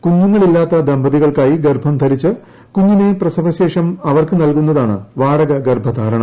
കുഞ്ഞുങ്ങളില്ലാത്ത ദമ്പതികൾക്കായി ഗർഭം ധരിച്ച് കുഞ്ഞിനെ പ്രസവശേഷം അവർക്ക് നൽകുന്നതാണ് പ്രക്രിയയാണ് വാടക ഗർഭധാരണം